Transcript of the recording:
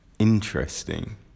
interesting